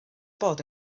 bod